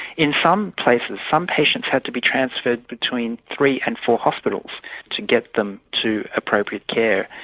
in some places some patients had to be transferred between three and four hospitals to get them to appropriate care.